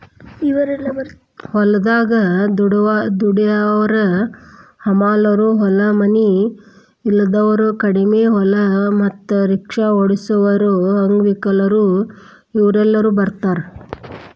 ಹೊಲದಾಗ ದುಡ್ಯಾವರ ಹಮಾಲರು ಹೊಲ ಮನಿ ಇಲ್ದಾವರು ಕಡಿಮಿ ಹೊಲ ಮತ್ತ ರಿಕ್ಷಾ ಓಡಸಾವರು ಅಂಗವಿಕಲರು ಇವರೆಲ್ಲ ಬರ್ತಾರ